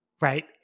right